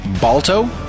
Balto